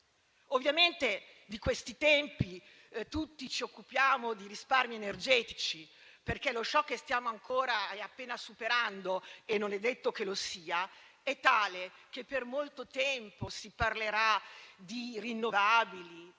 Ovviamente, di questi tempi tutti ci occupiamo di risparmi energetici perché lo *shock* che stiamo ancora superando (e non è detto che lo sia) è tale che per molto tempo si parlerà di rinnovabili,